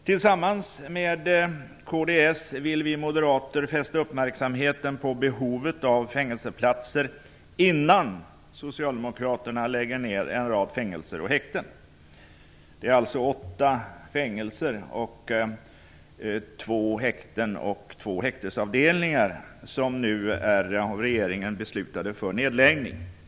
Tillsammans med kds vill vi moderater fästa uppmärksamhet på behovet av fängelseplatser innan Socialdemokraterna lägger ned en rad fängelser och häkten. Det är alltså åtta fängelser, två häkten och två häktesavdelningar som regeringen nu har beslutat att lägga ned.